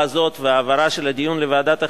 הזאת וההעברה של הדיון לוועדת החינוך,